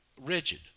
Rigid